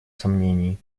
сомнений